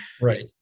Right